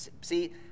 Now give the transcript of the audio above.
See